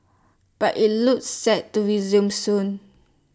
but IT looks set to resume soon